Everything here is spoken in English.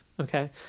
Okay